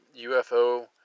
UFO